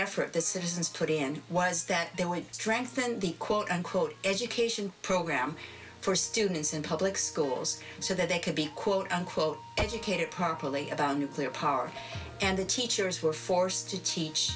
effort the citizens to the end was that they were strengthen the quote unquote education program for students in public schools so that they could be quote unquote educated properly about nuclear power and the teachers were forced to teach